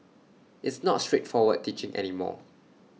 it's not straightforward teaching any more